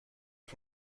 ich